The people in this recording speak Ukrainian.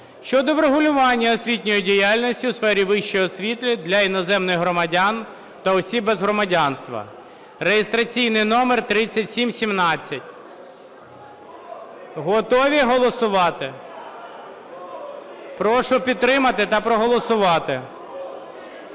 щодо врегулювання освітньої діяльності у сфері вищої освіти для іноземних громадян та осіб без громадянства (реєстраційний номер 3717). Готові голосувати? Прошу підтримати та проголосувати.